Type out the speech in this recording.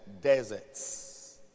deserts